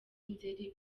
nzeri